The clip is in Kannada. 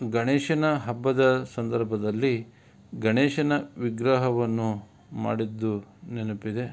ಗಣೇಶನ ಹಬ್ಬದ ಸಂದರ್ಭದಲ್ಲಿ ಗಣೇಶನ ವಿಗ್ರಹವನ್ನು ಮಾಡಿದ್ದು ನೆನಪಿದೆ